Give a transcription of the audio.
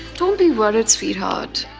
don't be worried sweetheart.